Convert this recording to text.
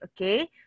Okay